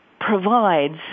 provides